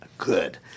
Good